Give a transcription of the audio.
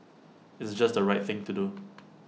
it's just the right thing to do